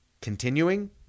continuing